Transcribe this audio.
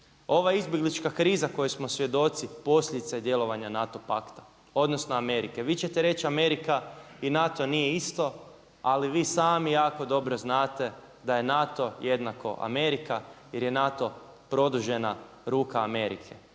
Ova izbjeglička kriza kojoj smo svjedoci posljedica je djelovanja NATO pakta, odnosno Amerike. Vi ćete reći Amerika i NATO nije isto, ali vi sami jako dobro znate da je NATO jednako Amerika, jer je NATO produžena ruka Amerike.